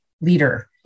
leader